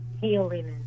healing